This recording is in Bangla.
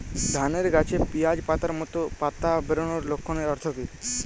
ধানের গাছে পিয়াজ পাতার মতো পাতা বেরোনোর লক্ষণের অর্থ কী?